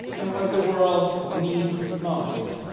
and what the world needs most.